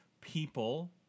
people